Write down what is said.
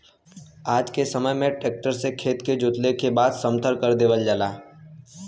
आज के समय में ट्रक्टर से खेत के जोतले के बाद समथर कर देवल जाला